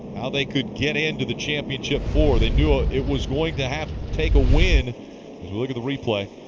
how they could get into the championship four. they knew ah it was going to have to take a win as you look at the replay.